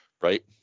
Right